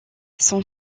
son